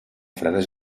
fredes